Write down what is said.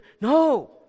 No